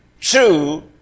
true